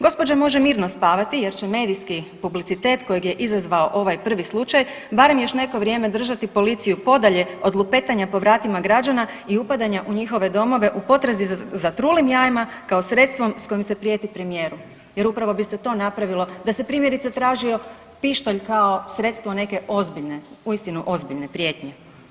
Gospođa može mirno spavati jer će medijski publicitet kojeg je izazvao ovaj prvi slučaj barem još neko vrijeme držati policiju podalje od lupetanja po vratima građana i upadanja u njihove domove u potrazi za trulim jajima kao sredstvom s kojim se prijeti premijeru jer upravo bi se to napravilo da se primjerice tražio pištolj kao sredstvo neke ozbiljne, uistinu ozbiljne prijetnje.